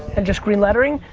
and just green lettering,